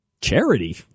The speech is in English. charity